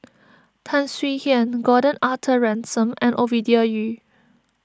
Tan Swie Hian Gordon Arthur Ransome and Ovidia Yu